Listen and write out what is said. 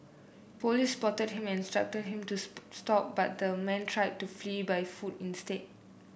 police spotted him and instructed him to stop but the man tried to flee by foot instead